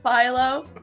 Philo